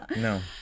No